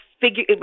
figure